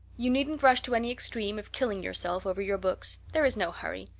you needn't rush to any extreme of killing yourself over your books. there is no hurry.